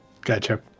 Gotcha